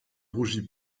rougit